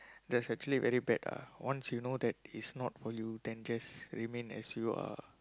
that's actually very bad ah once you know that it's not for you then just remain as you are